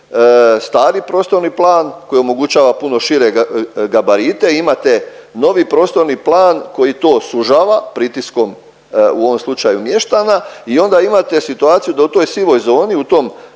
stari prostorni plan koji omogućava puno šire gabarite i imate novi prostorni plan koji to sužava pritiskom u ovom slučaju mještana i onda imate situaciju da u toj sivoj zoni, u tom